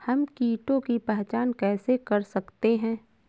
हम कीटों की पहचान कैसे कर सकते हैं?